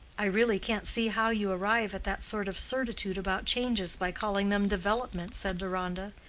i really can't see how you arrive at that sort of certitude about changes by calling them development, said deronda.